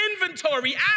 inventory